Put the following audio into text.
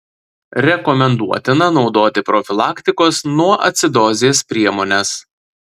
rekomenduotina naudoti profilaktikos nuo acidozės priemones